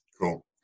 Cool